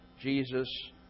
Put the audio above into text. Jesus